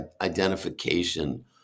identification